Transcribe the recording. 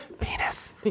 penis